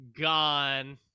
gone